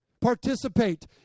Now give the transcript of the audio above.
participate